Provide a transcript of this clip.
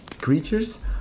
creatures